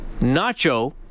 Nacho